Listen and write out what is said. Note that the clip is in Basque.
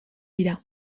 dira